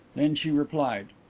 then she replied.